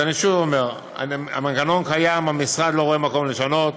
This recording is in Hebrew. שוב, המנגנון קיים, המשרד לא רואה מקום לשנות,